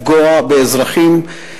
לפגוע באזרחים.